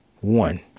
one